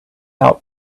out